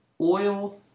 oil